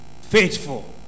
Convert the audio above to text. Faithful